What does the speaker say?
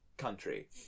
country